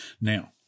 Now